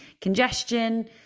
Congestion